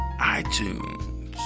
iTunes